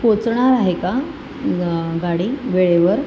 पोचणार आहे का ग गाडी वेळेवर